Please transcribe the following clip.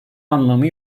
anlamı